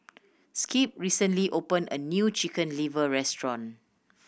Skip recently opened a new Chicken Liver restaurant